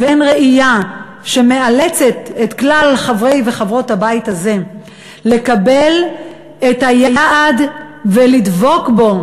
ואין ראייה שמאלצת את כלל חברי וחברות הבית הזה לקבל את היעד ולדבוק בו,